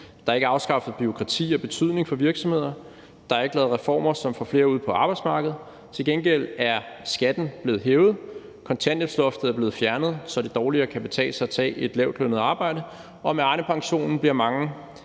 der er ikke afskaffet bureaukrati af betydning for virksomhederne; der er ikke lavet reformer, som får flere ud på arbejdsmarkedet. Til gengæld er skatten blevet hævet, kontanthjælpsloftet er blevet fjernet, så det dårligere kan betale sig at tage et lavtlønnet arbejde, og med Arnepensionen bliver mange